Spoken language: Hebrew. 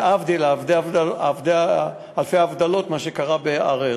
להבדיל אלפי הבדלות ממה שקרה בהר-הרצל.